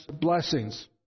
blessings